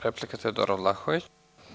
Replika, Teodora Vlahović.